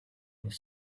was